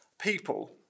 people